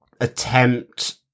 attempt